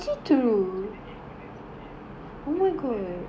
he want to keep the A students A then after that like macam